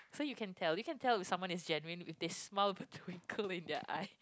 so you can tell you can tell if someone is genuine if they smile with a twinkle in their eye